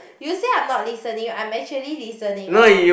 you say I'm not listening I'm actually listening orh